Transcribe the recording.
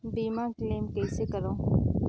बीमा क्लेम कइसे करों?